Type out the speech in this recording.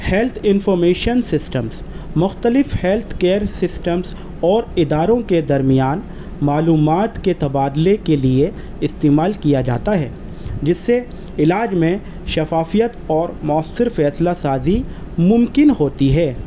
health information systems مختلف health care systems اور اداروں کے درمیان معلومات کے تبادلے کے لیے استعمال کیا جاتا ہے جس سے علاج میں شفافیت اور مؤثر فیصلہ سازی ممکن ہوتی ہے